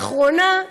לאחרונה,